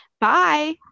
Bye